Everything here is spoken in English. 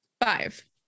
Five